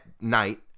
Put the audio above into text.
night